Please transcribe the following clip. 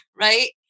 right